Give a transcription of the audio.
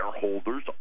shareholders